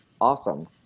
awesome